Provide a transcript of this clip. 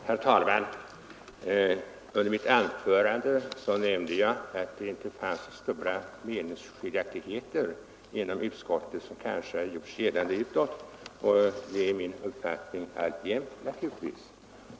Herr talman! I mitt anförande nämnde jag att det inte fanns stora meningsskiljaktigheter inom utskottet, vilket kanske har gjorts gällande utåt. Det är naturligtvis min uppfattning alltjämt.